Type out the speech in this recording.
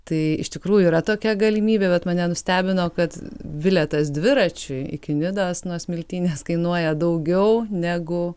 tai iš tikrųjų yra tokia galimybė bet mane nustebino kad bilietas dviračiui iki nidos nu smiltynės kainuoja daugiau negu